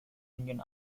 indian